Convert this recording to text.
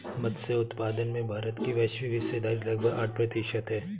मत्स्य उत्पादन में भारत की वैश्विक हिस्सेदारी लगभग आठ प्रतिशत है